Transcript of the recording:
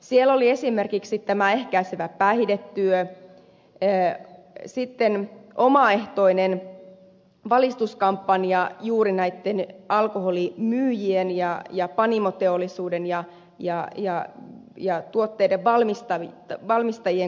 siellä oli esimerkiksi ehkäisevä päihdetyö sitten omaehtoinen valistuskampanja juuri näitten alkoholimyyjien ja panimoteollisuuden ja tuotteiden valmistajien kohdalla